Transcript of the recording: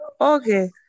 okay